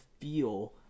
feel